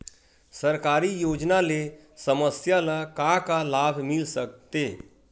सरकारी योजना ले समस्या ल का का लाभ मिल सकते?